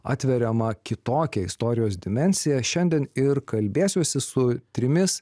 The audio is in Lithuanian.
atveriamą kitokią istorijos dimensiją šiandien ir kalbėsiuosi su trimis